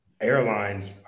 airlines